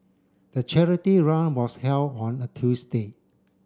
the charity run was held on a Tuesday